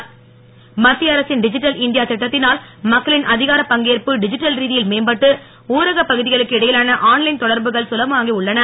digital India மத்திய அரசின் digital India திட்டத்தினால் மக்களின் அதிகாரப் பங்கேற்பு டிஜிட்டல் ரீதியில் மேம்பட்டு ஊரக பகுதிகளுக்கு இடையிலான ஆன் லைன் தொடர்புகள் சுலபமாகி உள்ளன